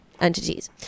entities